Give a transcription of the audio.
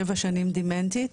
שבע שנים דמנטית,